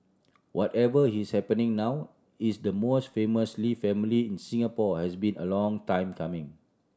whatever is happening now is the most famous Lee family in Singapore has been a long time coming